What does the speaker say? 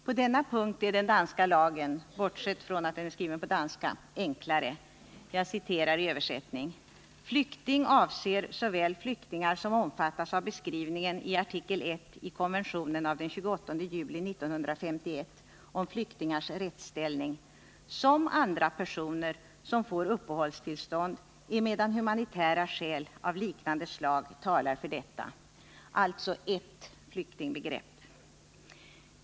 På denna punkt är den danska lagen enklare, bortsett från att den är skriven på danska — jag citerar i översättning: ”Flykting avser såväl flyktingar som omfattas av beskrivningen i artikel 1 i konventionen av den 28 juli 1951 om flyktingars rättsställning som andra personer som får uppehållstillstånd emedan humanitära skäl av liknande slag talar för detta.” Alltså ett flyktingbegrepp.